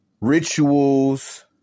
rituals